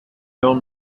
film